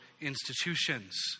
institutions